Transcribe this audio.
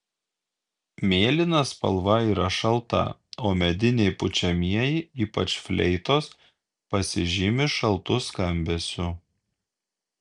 mėlyna spalva yra šalta o mediniai pučiamieji ypač fleitos pasižymi šaltu skambesiu